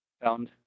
found